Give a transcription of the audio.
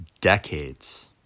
decades